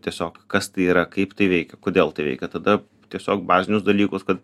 tiesiog kas tai yra kaip tai veikia kodėl tai veikia tada tiesiog bazinius dalykus kad